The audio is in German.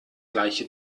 gleiche